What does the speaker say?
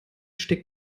steckt